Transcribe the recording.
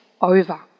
over